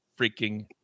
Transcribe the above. freaking